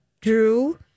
Drew